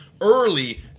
Early